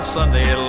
Sunday